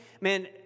man